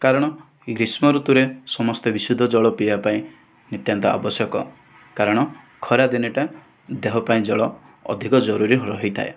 କାରଣ ଗ୍ରୀଷ୍ମ ଋତୁରେ ସମସ୍ତେ ବିଶୁଦ୍ଧ ଜଳ ପିଇବାପାଇଁ ନିତ୍ୟାନ୍ତ ଆବଶ୍ୟକ କାରଣ ଖରାଦିନଟା ଦେହପାଇଁ ଜଳ ଅଧିକ ଜରୁରୀ ରହିଥାଏ